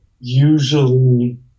usually